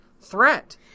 threat